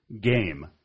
game